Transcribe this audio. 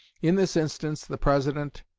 in this instance the president,